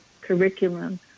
curriculum